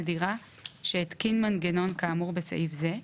הדירה שהתקין מנגנון כאמור בסעיף זה,